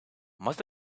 must